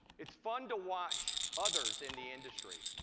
it's fun to watch others in the industry,